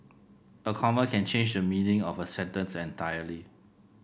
a comma can change the meaning of a sentence entirely